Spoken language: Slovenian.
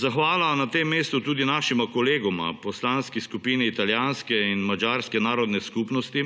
Zahvala na tem mestu tudi našima kolegoma v Poslanski skupini italijanske in madžarske narodne skupnosti,